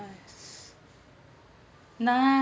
nice